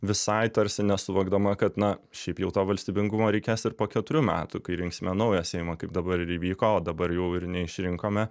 visai tarsi nesuvokdama kad na šiaip jau to valstybingumo reikės ir po keturių metų kai rinksime naują seimą kaip dabar ir įvyko o dabar jau ir neišrinkome